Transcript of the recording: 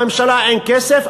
לממשלה אין כסף?